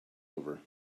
over